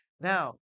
Now